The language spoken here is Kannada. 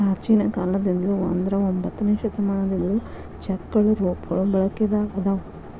ಪ್ರಾಚೇನ ಕಾಲದಿಂದ್ಲು ಅಂದ್ರ ಒಂಬತ್ತನೆ ಶತಮಾನದಿಂದ್ಲು ಚೆಕ್ಗಳ ರೂಪಗಳು ಬಳಕೆದಾಗ ಅದಾವ